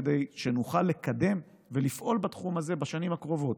כדי שנוכל לקדם ולפעול בתחום הזה בשנים הקרובות.